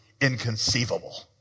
inconceivable